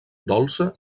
dolça